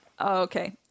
okay